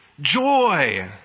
Joy